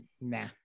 nah